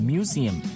Museum